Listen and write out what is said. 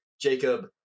Jacob